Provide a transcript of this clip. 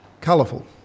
colourful